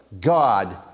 God